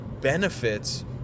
benefits